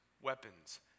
weapons